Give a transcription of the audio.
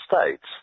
States